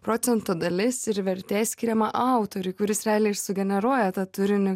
procento dalis ir vertė skiriama autoriui kuris realiai ir sugeneruoja tą turinį